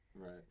Right